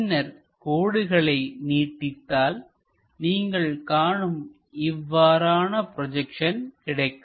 பின்னர் கோடுகளை நீட்டித்தால் நீங்கள் காணும் இவ்வாறான ப்ரொஜெக்ஷன் கிடைக்கும்